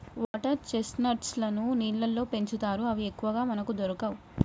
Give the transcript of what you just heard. water chestnuts లను నీళ్లల్లో పెంచుతారు అవి ఎక్కువగా మనకు దొరకవు